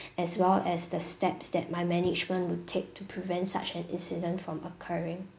as well as the steps that my management will take to prevent such an incident from occurring